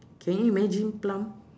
can you imagine plum